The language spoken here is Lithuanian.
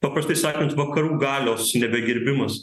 paprastai sakant vakarų galios nebegerbimas